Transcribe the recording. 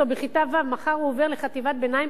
בכיתה ו'; מחר הוא עובר לחטיבת ביניים,